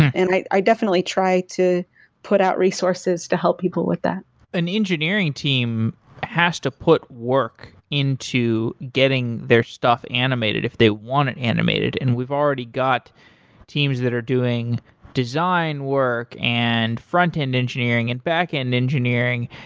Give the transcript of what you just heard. and i i definitely try to put out resources to help people with that an engineering team has to put work into getting their stuff animated if they want it animated and we've already got teams that are doing design work and front end engineering and back end engineering.